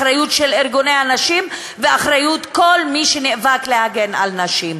אחריות של ארגוני הנשים ואחריות כל מי שנאבק להגן על נשים.